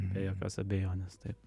be jokios abejonės taip